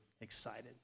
Excited